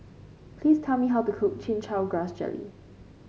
please tell me how to cook Chin Chow Grass Jelly